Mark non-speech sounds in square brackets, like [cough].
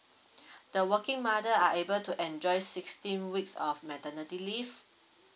[breath] the working mother are able to enjoy sixteen weeks of maternity leave